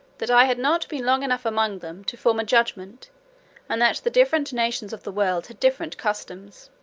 that i had not been long enough among them to form a judgment and that the different nations of the world had different customs